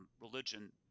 religion